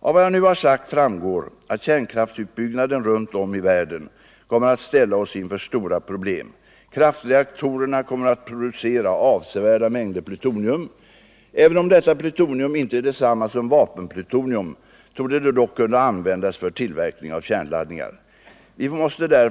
Av vad jag nu har sagt framgår att kärnkraftsutbyggnaden runt om i världen kommer att ställa oss inför stora problem. Kraftreaktorerna kommer att producera avsevärda mängder plutonium. Även om detta plutonium inte är detsamma som vapenplutonium torde det dock kunna användas för tillverkning av kärnladdningar. Vi måste